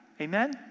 Amen